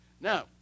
Now